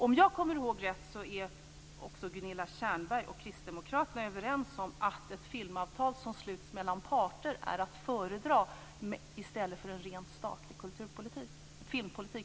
Om jag kommer ihåg rätt är också Gunilla Tjernberg och Kristdemokraterna överens om att ett filmavtal som sluts mellan parter är att föredra framför en rent statlig filmpolitik.